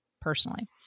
personally